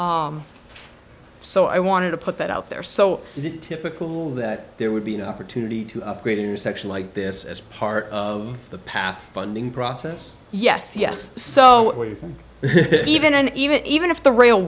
so i wanted to put that out there so is it typical that there would be no opportunity to upgrade intersection like this as part of the path funding process yes yes so even and even even if the rail